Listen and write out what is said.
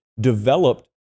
developed